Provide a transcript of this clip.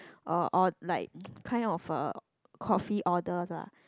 uh or like kind of a coffee orders lah